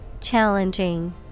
challenging